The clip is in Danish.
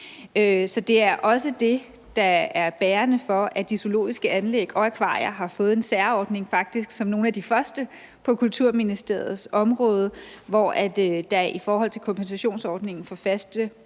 Det er også det, der er bærende for, at de zoologiske anlæg og akvarier har fået en særordning, faktisk som nogle af de første på Kulturministeriets område, hvor der i forhold til kompensationsordningen for faste